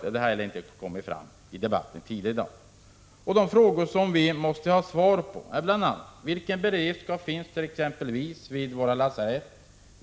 Inte heller i debatten tidigare i dag har man sagt någonting om den saken.